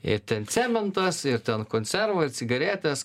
ir ten cementas ir ten konservai cigaretės